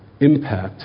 impact